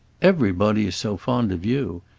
everybody is so fond of you!